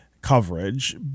coverage